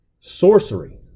sorcery